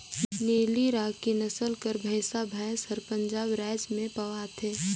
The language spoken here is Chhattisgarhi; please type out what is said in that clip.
नीली राकी नसल कर भंइसा भंइस हर पंजाब राएज में पवाथे